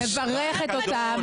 אני מברכת אותם